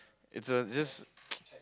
it's a just